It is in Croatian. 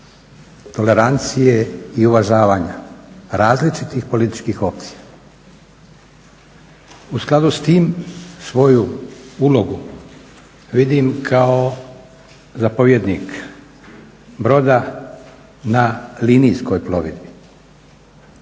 tolerancije i uvažavanja različitih političkih opcija. U skladu s tim svoju ulogu vidim kao zapovjednik broda na linijskoj plovidbi.